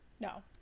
No